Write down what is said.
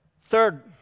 Third